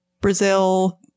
Brazil